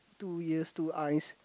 two ears two eyes